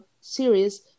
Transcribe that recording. series